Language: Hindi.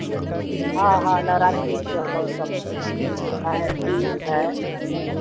हाँ हाँ नवरात्र हाँ बीड़ी है